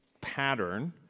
pattern